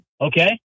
Okay